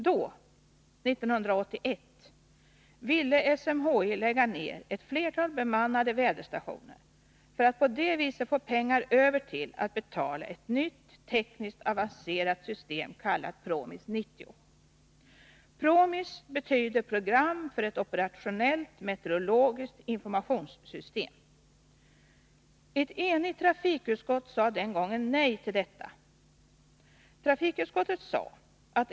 Då, 1981, ville SMHI lägga ner ett flertal bemannade väderstationer för att på det viset få pengar över till att betala ett nytt, tekniskt avancerat system kallat PROMIS 90. PROMIS betyder Program för ett operationellt meteorologiskt informationssystem. Ett enigt trafikutskott sade den gången nej till detta.